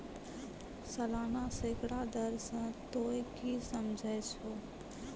सलाना सैकड़ा दर से तोंय की समझै छौं